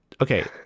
okay